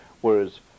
Whereas